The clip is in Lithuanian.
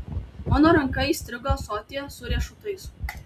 mano ranka įstrigo ąsotyje su riešutais